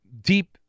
deep